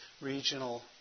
regional